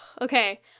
okay